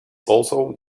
also